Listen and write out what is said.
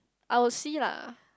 I will see lah